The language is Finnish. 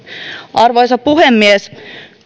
arvoisa puhemies